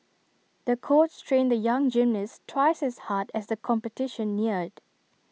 the coach trained the young gymnast twice as hard as the competition neared